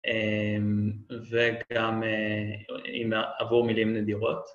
א...וגם עבור מילים נדירות